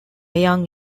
young